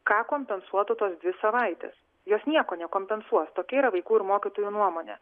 ką kompensuotų tos dvi savaites jos nieko nekompensuos tokia yra vaikų ir mokytojų nuomonė